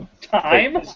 Time